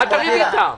אל תריב איתם.